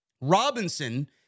Robinson